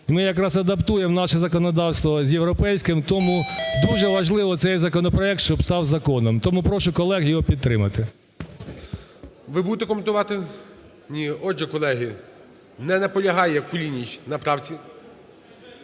Ми якраз адаптуємо наше законодавство з європейським. Тому дуже важливо, щоб цей законопроект став законом, тому прошу колег його підтримати. ГОЛОВУЮЧИЙ. Ви будете коментувати? Ні. Отже, колеги, не наполягає Кулініч на правці.